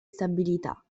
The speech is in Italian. stabilità